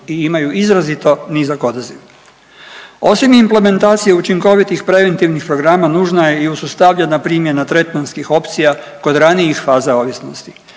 i imaju izrazito nizak odaziv. Osim implementacije učinkovitih preventivnih programa nužna je i uspostavljena primjena tretmanskih opcija kod ranijih faza ovisnosti.